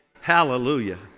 hallelujah